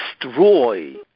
destroy